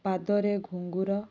ପାଦରେ ଘୁଙ୍ଗୁର